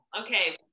Okay